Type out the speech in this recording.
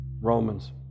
Romans